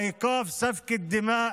גברתי השרה.